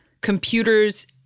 computers